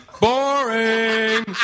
boring